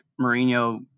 Mourinho